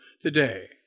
today